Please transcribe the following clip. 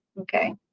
okay